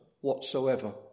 whatsoever